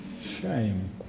Shame